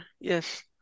yes